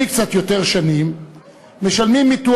להיפרד מן הפלסטינים תוך שמירה על ביטחון